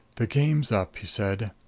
the game's up, he said.